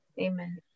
Amen